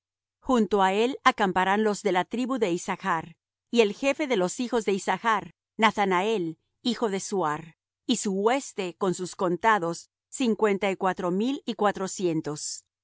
junto á él acamparán los de la tribu de issachr y el jefe de los hijos de issachr nathanael hijo de suar y su hueste con sus contados cincuenta y cuatro mil y cuatrocientos y